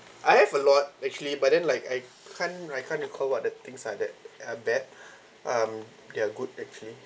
I have a lot actually but then like I can't I can't recall what the things are that are bad um they're good actually